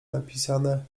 napisane